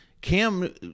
Cam –